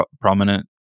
prominent